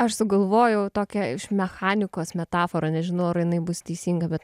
aš sugalvojau tokią iš mechanikos metaforą nežinau ar jinai bus teisinga bet